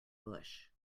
bush